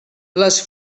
les